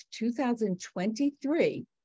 2023